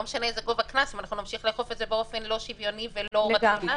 לא משנה מה גובה הקנס אם נמשיך לאכוף באופן לא שוויוני ולא רציונלי.